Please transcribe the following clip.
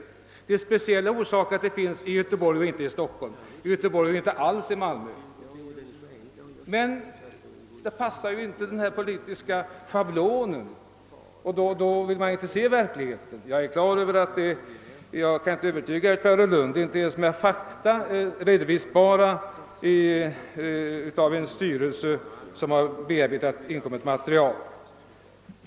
Speciella orsaker är det också till att de finns i Göteborg men inte i Stockholm, i Göteborg men inte alls i Malmö. Men då passar ju inte den politiska schablonen och då vill man inte se verkligheten. Jag är på det klara med att jag inte kan övertyga herr Nilsson i Tvärålund, inte ens med fakta redovisbara av bostadsstyrelsen som har bearbetat inkommet material.